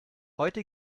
heute